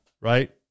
right